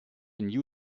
new